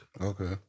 Okay